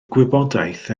gwybodaeth